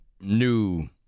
new